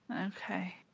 Okay